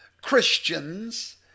Christians